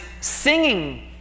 singing